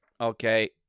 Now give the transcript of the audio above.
okay